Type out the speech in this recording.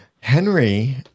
Henry